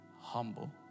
humble